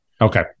Okay